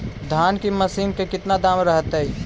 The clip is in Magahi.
धान की मशीन के कितना दाम रहतय?